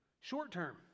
Short-term